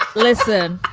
listen,